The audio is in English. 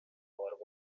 world